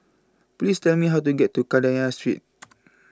Please Tell Me How to get to Kadaya Street